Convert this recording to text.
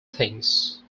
things